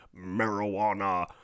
marijuana